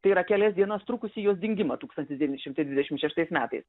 tai yra kelias dienas trukusį jos dingimą tūkstantis devyni šimtai dvidešimt šeštais metais